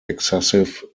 excessive